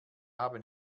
haben